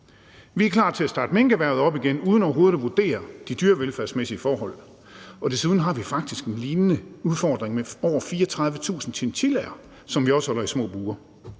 Vi er klar til at starte minkerhvervet op igen uden overhovedet at vurdere de dyrevelfærdsmæssige forhold, og desuden har vi faktisk en lignende udfordring med over 34.000 chinchillaer, som vi også holder i små bure.